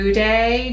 day